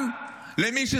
מה הם רוצים לדאוג, למחבלים?